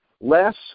less